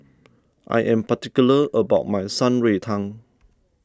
I am particular about my Shan Rui Tang